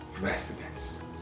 residents